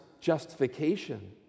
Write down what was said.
justification